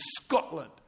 Scotland